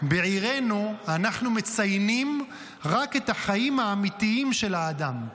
בעירנו אנחנו מציינים רק את החיים האמיתיים של האדם,